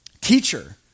teacher